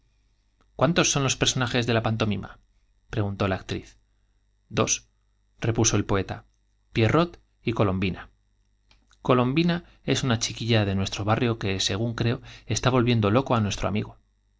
cuántos son los personajes de la pantomima preguntó la actriz dos repuso el poeta pierrot y colombina colom bina es una chiquilla de nuestro barrio que según creo i está volviendo loco á nuestro amigo